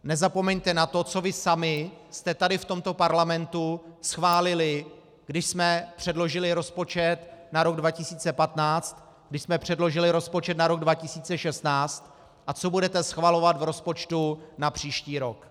Nezapomeňte na to, co vy sami jste tady v tomto Parlamentu schválili, když jsme předložili rozpočet na rok 2015, když jsme předložili rozpočet na rok 2016 a co budete schvalovat v rozpočtu na příští rok.